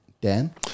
Dan